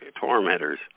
tormentors